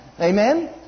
Amen